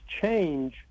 change